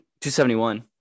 271